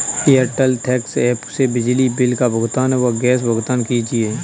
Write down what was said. Airtel thanks app से बिजली bill का भुगतान व गैस भुगतान कीजिए